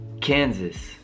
Kansas